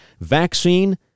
vaccine